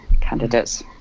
candidates